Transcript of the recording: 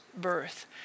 birth